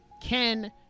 Ken